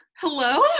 Hello